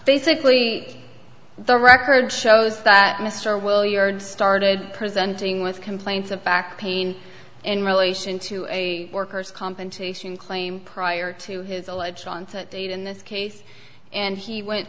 basically the record shows that mr will your started presenting with complaints of back pain in relation to a worker's compensation claim prior to his alleged onset date in this case and he went